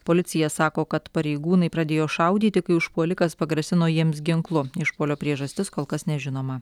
policija sako kad pareigūnai pradėjo šaudyti kai užpuolikas pagrasino jiems ginklu išpuolio priežastis kol kas nežinoma